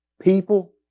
people